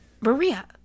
Maria